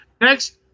Next